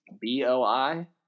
B-O-I